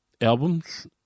albums